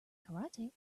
karate